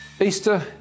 Easter